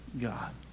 God